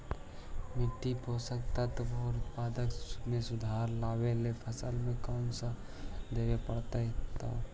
मिट्टी के पोषक तत्त्व और उत्पादन में सुधार लावे ला फसल में का देबे पड़तै तै?